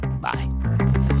Bye